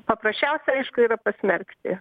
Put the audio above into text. paprasčiausia aišku yra pasmerkti